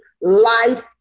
life